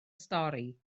stori